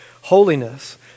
holiness